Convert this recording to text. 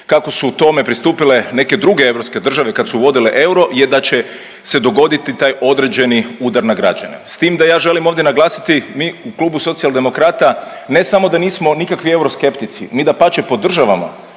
kako su tome pristupile neke druge europske države kad su uvodile euro je da će se dogoditi taj određeni udar na građane. S tim da ja želim ovdje naglasiti, mi u klubu Socijaldemokrata ne samo da nismo nikakvi euroskeptici, mi dapače podržavamo